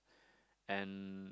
and